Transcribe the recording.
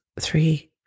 three